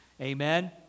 amen